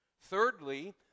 Thirdly